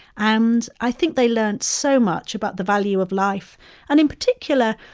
and i think they learned so much about the value of life and in particular,